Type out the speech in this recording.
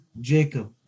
Jacob